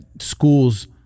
schools